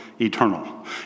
eternal